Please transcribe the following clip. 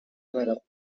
metal